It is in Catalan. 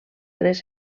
tres